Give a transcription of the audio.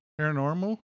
paranormal